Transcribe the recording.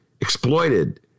exploited